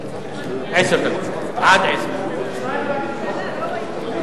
הוועדה עד שיהיה לפחות שליש, למה?